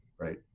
right